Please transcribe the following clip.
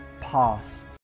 pass